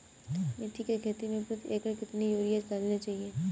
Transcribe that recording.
मेथी के खेती में प्रति एकड़ कितनी यूरिया डालना चाहिए?